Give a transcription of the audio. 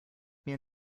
mir